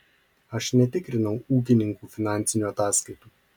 aš netikrinau ūkininkų finansinių ataskaitų